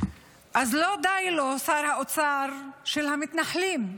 אז לא די לו, לשר האוצר של המתנחלים.